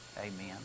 Amen